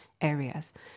areas